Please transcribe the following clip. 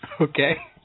Okay